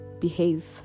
behave